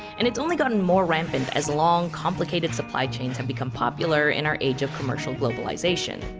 and it's only gotten more rampant as long, complicated supply chains have become popular in our age of commercial globalization.